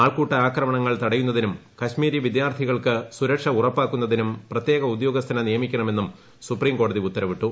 ആൾകൂട്ട ആക്രമണങ്ങൾ തടയുന്നതിനും കശ്മീരി വിദ്യാർത്ഥികൾക്ക് സുരക്ഷ ഉറപ്പാക്കുന്നതിനും പ്രത്യേക ഉദ്യോഗസ്ഥനെ നിയമിക്കണമെന്നും സുപ്രീംകോടതി ഉത്തരവിട്ടു